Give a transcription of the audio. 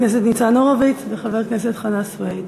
חבר הכנסת ניצן הורוביץ וחבר הכנסת חנא סוייד.